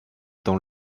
dans